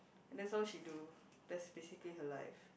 that's all she do that's basically her life